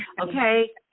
Okay